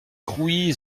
crouy